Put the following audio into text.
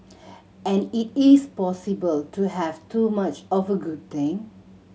and it is possible to have too much of a good thing